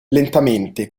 lentamente